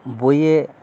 বইয়ে